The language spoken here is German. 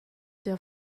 der